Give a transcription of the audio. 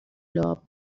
لعاب